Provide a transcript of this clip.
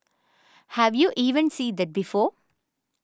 have you even seen that before